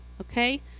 okay